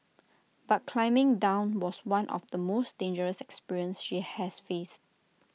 but climbing down was one of the most dangerous experience she has faced